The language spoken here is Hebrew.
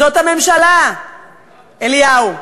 זאת הממשלה, אליהו,